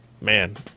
Man